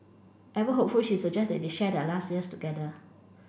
ever hopeful she suggests that they share their last years together